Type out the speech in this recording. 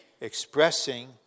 Expressing